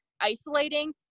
isolating